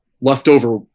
leftover